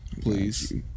Please